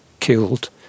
killed